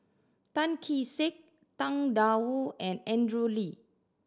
Tan Kee Sek Tang Da Wu and Andrew Lee